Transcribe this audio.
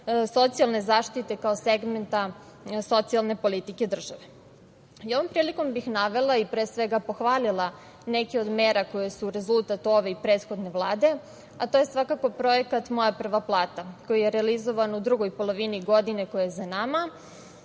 socijalne zaštite kao segmenta socijalne politike države. Ovom prilikom bih navela i pre svega pohvalila neke od mera koje su rezultat ove i prethodne Vlade, a to je svakako projekat „Moja prva plata“ koji je realizovan u drugoj polovini godine koja je za nama,